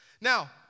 Now